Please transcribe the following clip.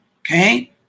Okay